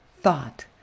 thought